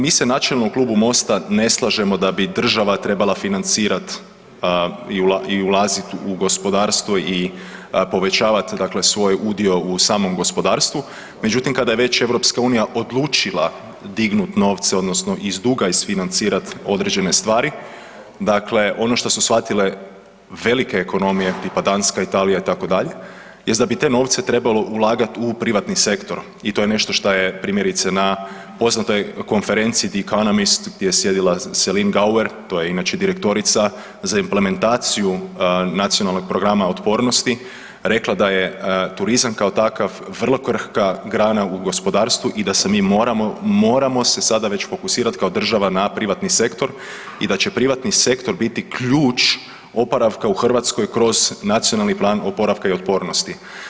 Mi se načelno u Klubu MOST-a ne slažemo da bi država trebala financirati i ulazit u gospodarstvo i povećavat dakle svoj udio u samom gospodarstvu, međutim kada je već EU odlučila dignut novce, odnosno iz duga isfinancirati određene stvari, dakle, ono što su shvatile velike ekonomije, tipa Danska, Italija itd., jest da bi te novce trebalo ulagati u privatni sektor i to je nešto što je primjerice na poznatoj konferenciji The economist, gdje je sjedila Celine Gauer, to je inače direktorica za implementaciju Nacionalnog programa otpornosti, rekla je da je turizam kao takav vrlo krhka grana u gospodarstvu i da se mi moramo, moramo se sada već fokusirati kao država na privatni sektor, i da će privatni sektor biti ključ oporavka u Hrvatskoj kroz Nacionalni plan oporavka i otpornosti.